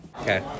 Okay